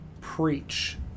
preach